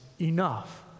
enough